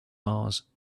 mars